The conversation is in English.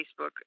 Facebook